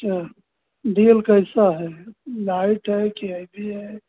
अच्छा D L कैसा है लाइट है कि आई बी है